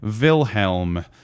Wilhelm